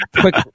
Quick